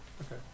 Okay